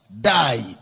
died